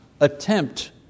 attempt